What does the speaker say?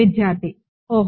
విద్యార్థి ఓహో